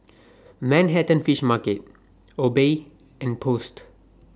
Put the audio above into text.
Manhattan Fish Market Obey and Post